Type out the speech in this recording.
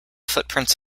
footprints